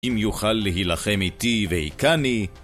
אם יוכל להילחם איתי והיכני,